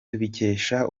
tubikesha